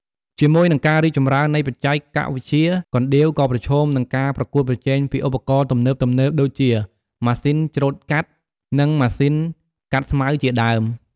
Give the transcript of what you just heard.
ជាមួយនឹងការរីកចម្រើននៃបច្ចេកវិទ្យា កណ្ដៀវក៏ប្រឈមនឹងការប្រកួតប្រជែងពីឧបករណ៍ទំនើបៗដូចជា ម៉ាស៊ីនច្រូតកាត់ និងម៉ាស៊ីនកាត់ស្មៅជាដើម។